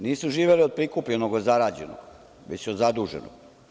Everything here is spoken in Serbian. Nisu živeli od prikupljenog i zarađenog, već od zaduženosti.